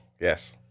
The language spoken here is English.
Yes